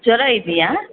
ಜ್ವರ ಇದೆಯಾ